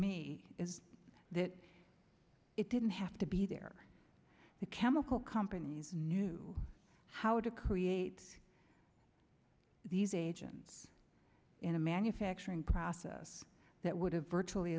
me is that it didn't have to be there the chemical companies knew how to create these agents in a manufacturing process that would have virtually